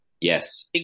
yes